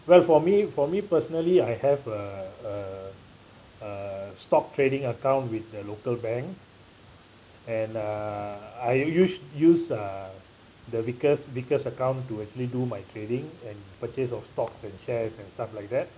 well for me for me personally I have a a a stock trading account with the local bank and uh I use use uh the biggest biggest account to actually do my trading and purchase of stocks and shares and stuff like that